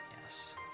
Yes